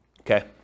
Okay